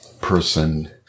person